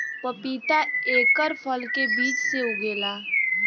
पपीता एकर फल के बीज से उगेला